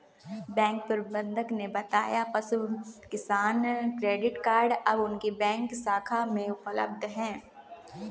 bank प्रबंधक ने बताया पशु किसान क्रेडिट कार्ड अब उनकी बैंक शाखा में उपलब्ध है